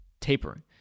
tapering